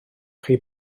chi